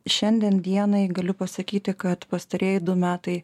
šiandien dienai galiu pasakyti kad pastarieji du metai